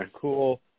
cool